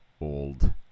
old